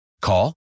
Call